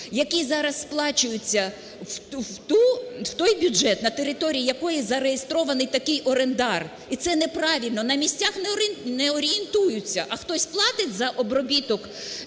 який зараз сплачується в той бюджет, на території якої зареєстрований такий орендар. І неправильно! На місцях не орієнтуються, а хтось платить за обробіток,